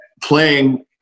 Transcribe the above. playing